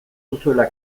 duzuela